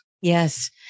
Yes